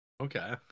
Okay